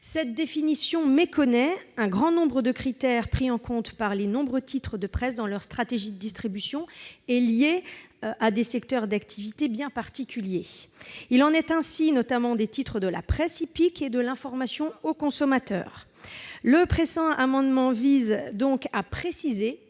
Cette définition méconnaît un grand nombre de critères pris en compte par les nombreux titres de presse dans leur stratégie de distribution et liés à des secteurs d'activités bien particuliers. Il en est ainsi, notamment, des titres de la presse hippique et de l'information aux consommateurs. Le présent amendement vise donc à préciser